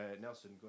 Nelson